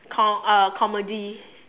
co~ uh comedy